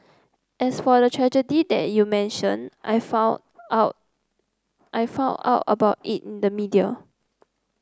as for the tragedy that you mentioned I found out I found out about it in the media